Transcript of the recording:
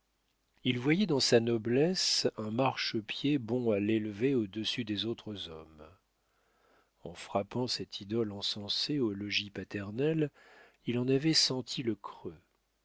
il voyait dans sa noblesse un marchepied bon à l'élever au-dessus des autres hommes en frappant cette idole encensée au logis paternel il en avait senti le creux